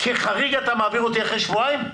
כחריג אתה מעביר אותי אחרי שבועיים?